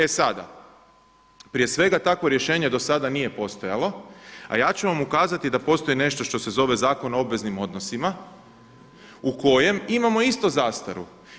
E sada, prije svega takvo rješenje do sada nije postojalo, a ja ću vam ukazati da postoji nešto što se zove Zakon o obveznim odnosima u kojem imamo isto zastaru.